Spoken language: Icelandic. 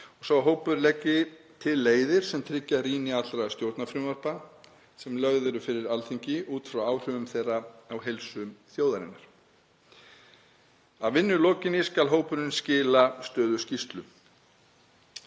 og sá hópur leggi til leiðir sem tryggja rýni allra stjórnarfrumvarpa sem lögð eru fyrir Alþingi út frá áhrifum þeirra á heilsu þjóðarinnar. Að vinnu lokinni skal hópurinn skila stöðuskýrslu.